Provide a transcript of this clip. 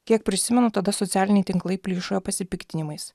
kiek prisimenu tada socialiniai tinklai plyšojo pasipiktinimais